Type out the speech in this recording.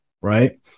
right